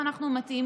לא, דודי.